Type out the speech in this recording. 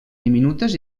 diminutes